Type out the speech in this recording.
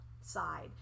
side